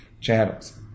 channels